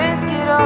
scared.